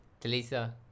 Talisa